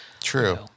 True